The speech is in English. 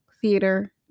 theater